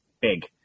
big